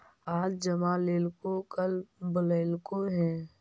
आज जमा लेलको कल बोलैलको हे?